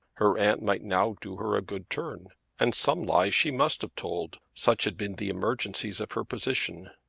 her aunt might now do her a good turn and some lies she must have told such had been the emergencies of her position!